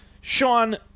Sean